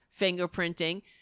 fingerprinting